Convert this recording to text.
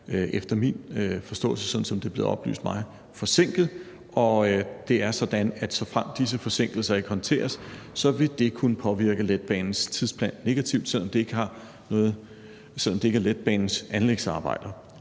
efter min forståelse, og sådan som det er blevet oplyst mig, forsinket, og det er sådan, at såfremt disse forsinkelser ikke håndteres, vil det kunne påvirke letbanens tidsplan negativt, selv om det ikke er letbanens anlægsarbejder.